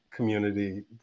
community